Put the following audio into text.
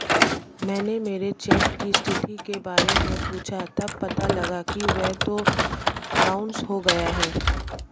मैंने मेरे चेक की स्थिति के बारे में पूछा तब पता लगा कि वह तो बाउंस हो गया है